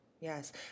Yes